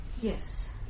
Yes